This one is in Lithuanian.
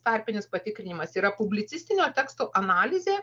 tarpinis patikrinimas yra publicistinio teksto analizė